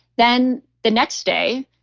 then the next day,